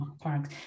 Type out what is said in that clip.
Parks